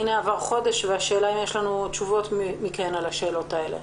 הנה עבר חודש והשאלה האם יש לנו תשובות לשאלות האלה?